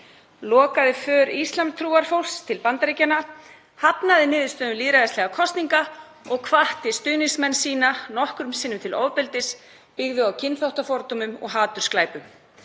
lokaði á för íslamstrúar fólks til Bandaríkjanna, hafnaði niðurstöðum lýðræðislegra kosninga og hvatti stuðningsmenn sína nokkrum sinnum til ofbeldis sem byggði á kynþáttafordómum og hatursglæpum.